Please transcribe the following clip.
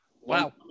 Wow